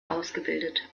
ausgebildet